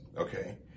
Okay